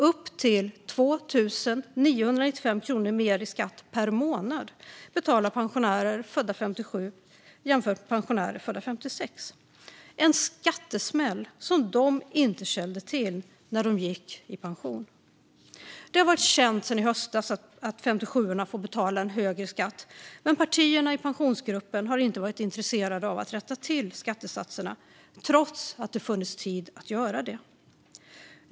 Upp till 2 995 kronor mer i skatt per månad betalar pensionärer födda 1957 jämfört med pensionärer födda 1956 - en skattesmäll som de inte kände till när de gick i pension. Det har varit känt sedan i höstas att 57:orna får betala en högre skatt. Men partierna i Pensionsgruppen har inte varit intresserade av att rätta till skattesatserna, trots att det funnits tid att göra det.